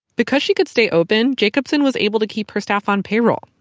because she could stay open, jacobson was able to keep her staff on payroll.